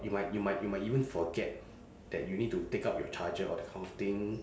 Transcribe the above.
you might you might you might even forget that you need to take out your charger or that kind of thing